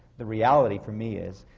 the reality for me is,